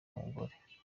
umugore